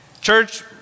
Church